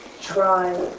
try